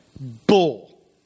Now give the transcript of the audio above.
Bull